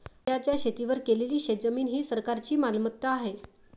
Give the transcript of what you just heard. राज्याच्या शेतीवर केलेली शेतजमीन ही सरकारची मालमत्ता आहे